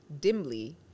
dimly